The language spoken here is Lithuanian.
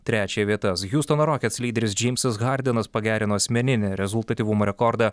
trečią vietas hiustono rockets lyderis džeimsas hardenas pagerino asmeninį rezultatyvumo rekordą